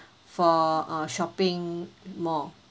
for uh shopping mall